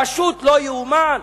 פשוט לא ייאמן.